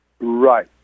right